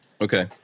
Okay